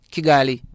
Kigali